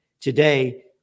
Today